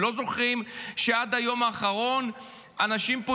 הם לא זוכרים שעד היום האחרון אנשים פה